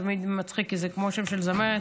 תמיד מצחיק, כי זה כמו שם של זמרת,